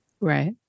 Right